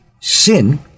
sin